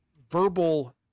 verbal